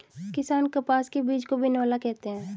किसान कपास के बीज को बिनौला कहते है